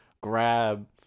grab